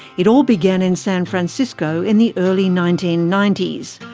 it all began in san francisco in the early nineteen ninety s.